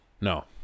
No